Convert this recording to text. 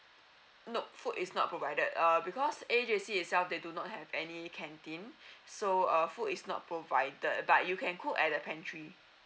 nope food is not provided uh because A_J_C itself they do not have any canteen so uh food is not provided but you can cook at the pantry